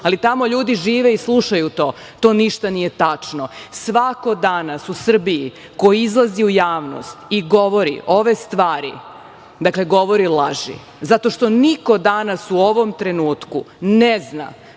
Ali, tamo ljudi žive i slušaju to, to ništa nije tačno. Svako danas u Srbiji ko izlazi u javnost i govori ove stvari govori laži zato što niko danas u ovom trenutku ne zna